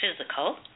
physical